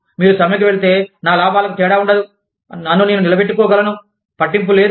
మీరు సమ్మెకు వెళితే నా లాభాలకు తేడా ఉండదు నన్ను నేను నిలబెట్టుకోగలను పట్టింపు లేదు